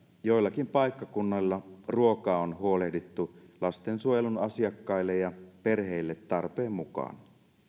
joillakin paikkakunnilla ruokaa on huolehdittu lastensuojelun asiakkaille ja perheille tarpeen mukaan